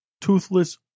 toothless